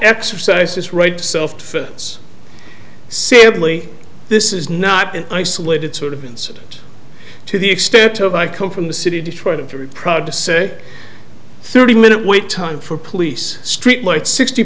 exercise his right to self defense simply this is not an isolated sort of incident to the extent of i come from the city of detroit a very proud to say thirty minute wait time for police streetlights sixty